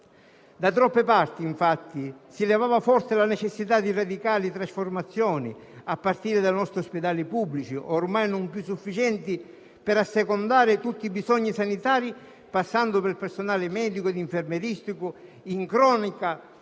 Da troppe parti, infatti, si levava forte la necessità di radicali trasformazioni, a partire dai nostri ospedali pubblici, ormai non più sufficienti ad assecondare tutti i bisogni sanitari, passando per il personale medico e infermieristico, in cronica